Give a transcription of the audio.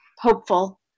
hopeful